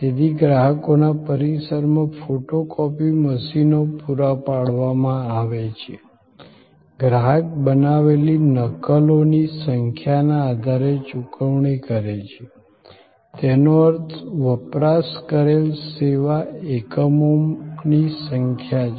તેથી ગ્રાહકોના પરિસરમાં ફોટો કોપી મશીનો પૂરા પાડવામાં આવે છે ગ્રાહક બનાવેલી નકલોની સંખ્યાના આધારે ચૂકવણી કરે છે તેનો અર્થ વપરાશ કરેલ સેવા એકમોની સંખ્યા છે